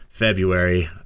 February